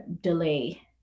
delay